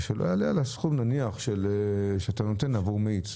ושלא יעלה על הסכום שאתה נותן עבור מאיץ.